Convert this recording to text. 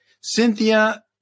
Cynthia